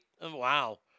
Wow